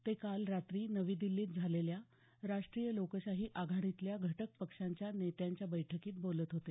ते काल रात्री नवी दिल्लीत झालेल्या राष्ट्रीय लोकशाही आघाडीतल्या घटक पक्षांच्या नेत्यांच्या बैठकीत बोलत होते